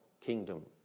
kingdom